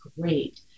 great